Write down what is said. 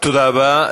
תודה רבה.